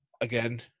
again